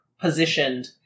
positioned